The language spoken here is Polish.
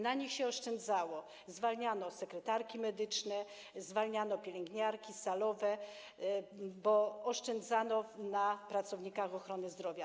Na nich się oszczędzało: zwalniano sekretarki medyczne, zwalniano pielęgniarki, salowe, bo oszczędzano na pracownikach ochrony zdrowia.